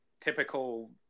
typical